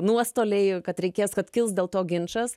nuostoliai kad reikės kad kils dėl to ginčas